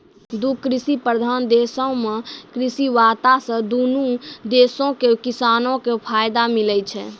दु कृषि प्रधान देशो मे कृषि वार्ता से दुनू देशो के किसानो के फायदा मिलै छै